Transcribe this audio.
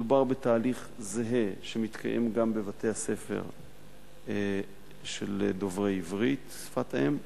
מדובר בתהליך זהה שמתקיים גם בבתי-הספר של דוברי עברית שפת-אם.